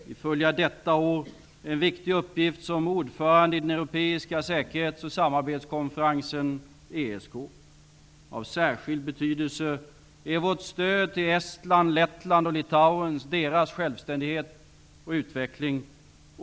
Vi fullgör detta år en viktig uppgift som ordförande i den europeiska säkerhets och samarbetskonferensen . Av särskild betydelse är vårt stöd till Estlands, Lettlands och Litauens självständighet och utveckling.